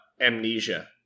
amnesia